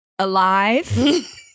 Alive